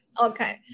Okay